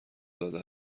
زده